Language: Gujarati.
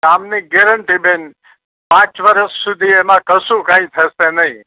કામની ગેરંટી બેન પાંચ વર્ષ સુધી એમાં કશું કાંઈ થશે નહીં